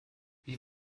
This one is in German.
wie